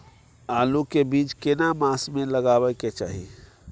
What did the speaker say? आलू के बीज केना मास में लगाबै के चाही?